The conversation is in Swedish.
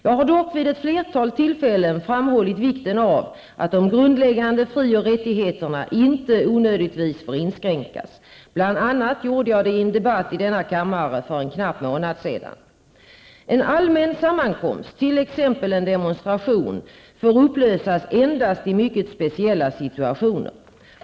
Jag har dock vid ett flertal tillfällen framhållit vikten av att de grundläggande fri och rättigheterna inte onödigtvis får inskränkas. Bl.a. gjorde jag det i en debatt i denna kammare för en knapp månad sedan. En allmän sammankomst -- t.ex. en demonstration -- får upplösas endast i mycket speciella situationer.